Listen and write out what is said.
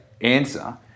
answer